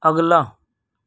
اگلا